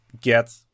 get